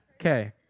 Okay